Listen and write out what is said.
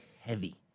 heavy